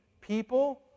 people